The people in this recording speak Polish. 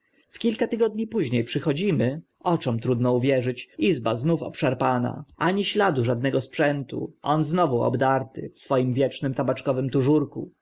kilka tygodni późnie przychodzimy oczom trudno uwierzyć izba znów obszarpana ani śladu żadnego sprzętu on znowu obdarty w swoim wiecznym tabaczkowym tużurku